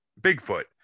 Bigfoot